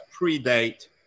predate